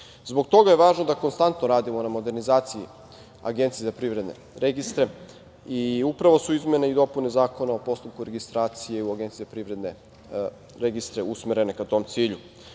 Zbog toga je važno da konstantno radimo na modernizaciji Agencije za privredne registre i upravo su izmene i dopune Zakona o postupku registracije u Agencije za privredne registre usmerene ka tom cilju. Jedan